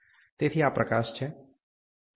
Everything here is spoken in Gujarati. તેથી આ પ્રકાશ છે